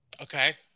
Okay